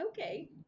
okay